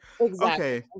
okay